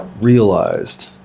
realized